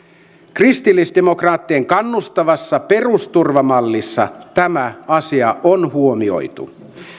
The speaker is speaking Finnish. kristillisdemokraattien kannustava perusturva mallissa tämä asia on huomioitu